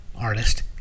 artist